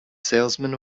salesman